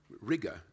rigor